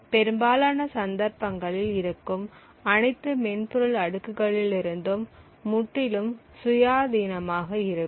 பெரும்பாலான சந்தர்ப்பங்களில் இருக்கும் அனைத்து மென்பொருள் அடுக்குகளிலிருந்தும் முற்றிலும் சுயாதீனமாக இருக்கும்